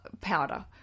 powder